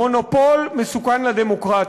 מונופול מסוכן לדמוקרטיה.